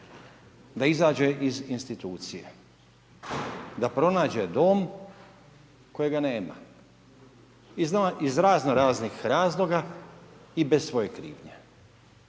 Da izađe iz institucije, da pronađe dom kojega nema, iz razno raznih razloga, i bez svoje krivnje.